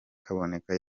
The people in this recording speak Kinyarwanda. kaboneka